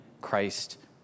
Christ